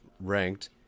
ranked